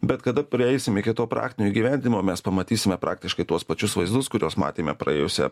bet kada prieisim iki to praktinio įgyvendinimo mes pamatysime praktiškai tuos pačius vaizdus kuriuos matėme praėjusią